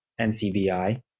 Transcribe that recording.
NCBI